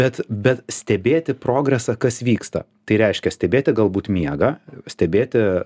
bet bet stebėti progresą kas vyksta tai reiškia stebėti galbūt miegą stebėti